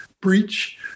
breach